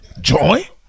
Joy